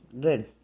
Good